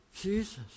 Jesus